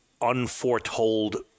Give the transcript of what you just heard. unforetold